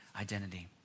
identity